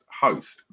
host